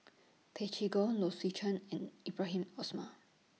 Tay Chee Toh Low Swee Chen and Ibrahim Osmar